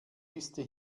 liste